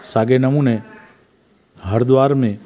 साॻे नमूने हरिद्वार में